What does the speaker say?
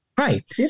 Right